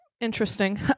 Interesting